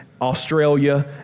Australia